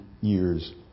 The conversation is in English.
years